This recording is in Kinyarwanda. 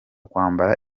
kwambara